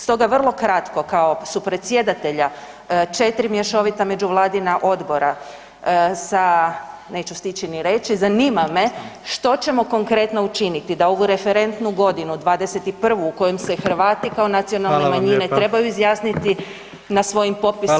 Stoga vrlo kratko supredsjedatelja 4 mješovita međuvladina odbora, sa neću stići ni reći, zanima me što ćemo konkretno učiniti da ovu referentnu godinu, 2021. kojom se Hrvati kao nacionalne manjine trebaju izjasniti [[Upadica predsjednik: Hvala lijepa.]] na svojim popisima